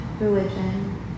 Religion